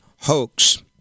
hoax